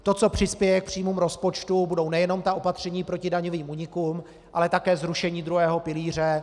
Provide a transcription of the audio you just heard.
To, co přispěje k příjmům rozpočtu, budou nejenom ta opatření proti daňovým únikům, ale také zrušení druhého pilíře.